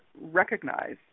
recognize